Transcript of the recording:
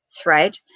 thread